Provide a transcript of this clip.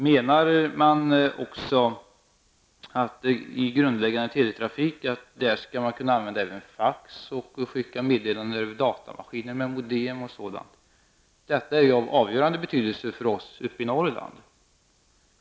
Menar han att man inom grundläggande teletrafik skall kunna använda även fax, skicka meddelanden över data med modem, osv.? Detta är av avgörande betydelse för oss uppe i Norrland.